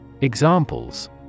Examples